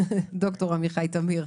ד"ר עמיחי תמיר.